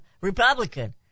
Republican